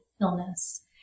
illness